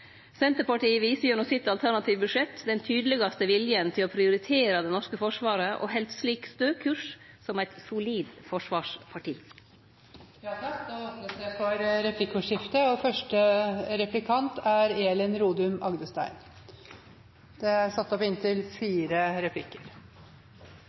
Senterpartiet viser gjennom sitt alternative budsjett den tydelegaste viljen til å prioritere det norske forsvaret og held slik stø kurs som eit solid forsvarsparti. Det blir replikkordskifte. Når det gjelder utenrikspolitikken og EØS-avtalen, så er det konsensus og bred oppslutning som rår her i Norge – heldigvis – og det er